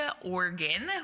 Oregon